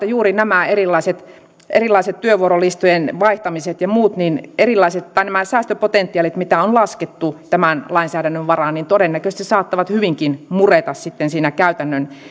juuri nämä erilaiset erilaiset työvuorolistojen vaihtamiset ja muut tai nämä säästöpotentiaalit mitä on laskettu tämän lainsäädännön varaan todennäköisesti saattavat hyvinkin mureta sitten siinä käytännön